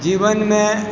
जीवनमे